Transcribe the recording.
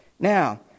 Now